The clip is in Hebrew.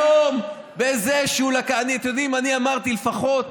היום, בזה שהוא, אתם יודעים, אני אמרתי שלפחות